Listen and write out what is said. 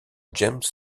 james